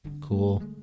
Cool